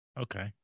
Okay